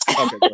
Okay